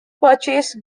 purchase